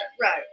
Right